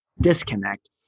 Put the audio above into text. disconnect